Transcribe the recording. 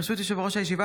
ברשות יושב-ראש הישיבה,